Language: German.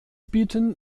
bieten